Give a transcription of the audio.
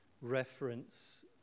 reference